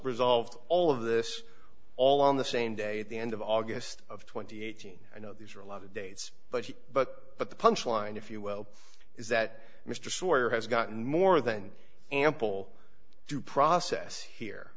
result all of this all on the same day at the end of august of twenty eighteen i know these are a lot of dates but but but the punchline if you will is that mr shorter has gotten more than ample due process here